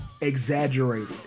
exaggerated